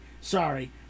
Sorry